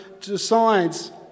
decides